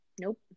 Nope